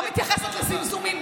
לא מתייחסת לזמזומים,